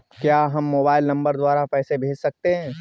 क्या हम mobile number द्वारा पैसे भेज सकते हैं?